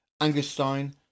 Angerstein